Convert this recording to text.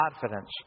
confidence